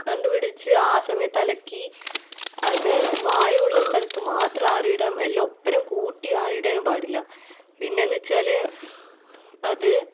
കണ്ടുപിടിച്ച് ആ സമയത്ത് അലക്കി അത് വായു ഉള്ള സ്ഥലത്ത് മാത്രം ആറി ഇടാം എല്ലാം ഒപ്പരം കൂട്ടി ആറി ഇടാനും പാടില്ല പിന്നെയെന്ന് വെച്ചാൽ അത്